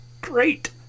Great